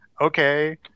okay